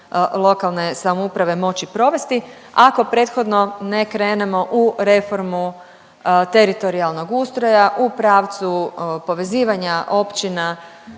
lokalne samouprave moći provesti ako prethodno ne krenemo u reformu teritorijalnog ustroja u pravcu povezivanja općina,